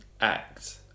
act